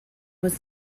was